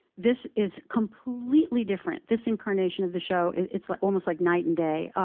this is completely different, this incarnation of the show. it's like almost like night and day.